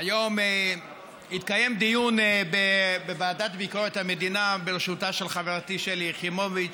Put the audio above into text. היום התקיים דיון בוועדה לביקורת המדינה בראשותה של חברתי שלי יחימוביץ,